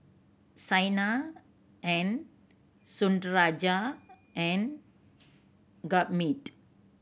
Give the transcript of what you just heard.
Saina and Sundaraiah and Gurmeet